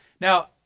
Now